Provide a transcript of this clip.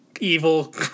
evil